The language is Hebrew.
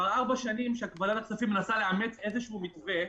כבר ארבע שנים שוועדת הכספים מנסה לאמץ איזשהו מתווה,